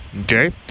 Okay